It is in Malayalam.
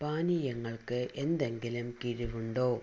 പാനീയങ്ങൾക്ക് എന്തെങ്കിലും കിഴിവുണ്ടോ